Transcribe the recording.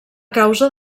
causa